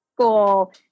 school